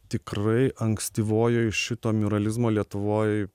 tikrai ankstyvojoj šito miuralizmo lietuvoj